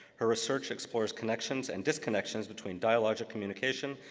her research explores connections and disconnections between dialogic communication,